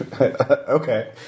Okay